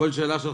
כל שאלה שלך,